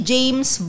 James